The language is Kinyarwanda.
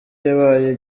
yabaye